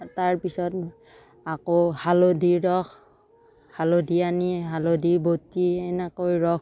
তাৰপিছত আকৌ হালধি ৰস হালধি আনি হালধি বটি এনেকৈ ৰস